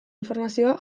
informazioa